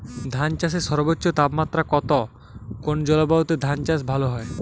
ধান চাষে সর্বোচ্চ তাপমাত্রা কত কোন জলবায়ুতে ধান চাষ ভালো হয়?